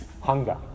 hunger